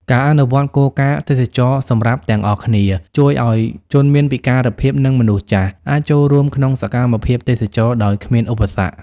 ការអនុវត្តគោលការណ៍ "ទេសចរណ៍សម្រាប់ទាំងអស់គ្នា" ជួយឱ្យជនមានពិការភាព និងមនុស្សចាស់ អាចចូលរួមក្នុងសកម្មភាពទេសចរណ៍ដោយគ្មានឧបសគ្គ។